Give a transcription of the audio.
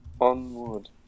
Onward